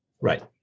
Right